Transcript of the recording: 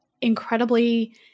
incredibly